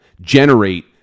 generate